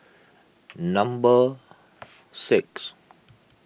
number six